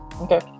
Okay